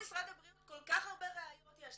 כל כך הרבה ראיות יש,